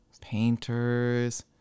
painters